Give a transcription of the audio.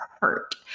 hurt